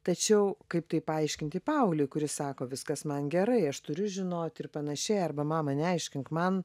tačiau kaip tai paaiškinti paaugliui kuris sako viskas man gerai aš turiu žinoti ir panašiai arba mama neaiškink man